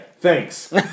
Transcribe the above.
thanks